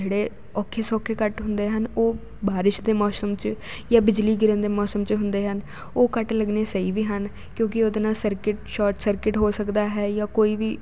ਜਿਹੜੇ ਔਖੇ ਸੌਖੇ ਕੱਟ ਹੁੰਦੇ ਹਨ ਉਹ ਬਾਰਿਸ਼ ਦੇ ਮੌਸਮ 'ਚ ਜਾਂ ਬਿਜਲੀ ਗਿਰਨ ਦੇ ਮੌਸਮ 'ਚ ਹੁੰਦੇ ਹਨ ਉਹ ਕੱਟ ਲੱਗਣੇ ਸਹੀ ਵੀ ਹਨ ਕਿਉਂਕਿ ਉਹਦੇ ਨਾਲ ਸਰਕਿਟ ਸ਼ੋਟ ਸਰਕਿਟ ਹੋ ਸਕਦਾ ਹੈ ਜਾਂ ਕੋਈ ਵੀ